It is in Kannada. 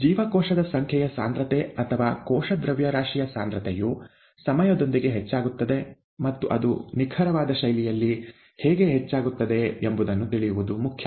ಜೀವಕೋಶದ ಸಂಖ್ಯೆಯ ಸಾಂದ್ರತೆ ಅಥವಾ ಕೋಶ ದ್ರವ್ಯರಾಶಿಯ ಸಾಂದ್ರತೆಯು ಸಮಯದೊಂದಿಗೆ ಹೆಚ್ಚಾಗುತ್ತದೆ ಮತ್ತು ಅದು ನಿಖರವಾದ ಶೈಲಿಯಲ್ಲಿ ಹೇಗೆ ಹೆಚ್ಚಾಗುತ್ತದೆ ಎಂಬುದನ್ನು ತಿಳಿಯುವುದು ಮುಖ್ಯ